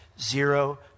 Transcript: zero